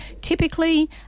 Typically